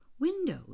windows